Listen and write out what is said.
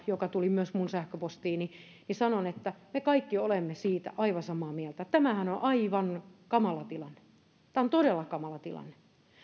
joka tuli myös minun sähköpostiini niin sanon että me kaikki olemme siitä aivan samaa mieltä tämähän on aivan kamala tilanne tämä on todella kamala tilanne